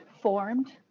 formed